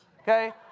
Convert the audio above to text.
okay